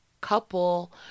couple